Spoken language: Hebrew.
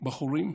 בחורים,